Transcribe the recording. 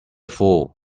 fool